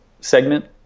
segment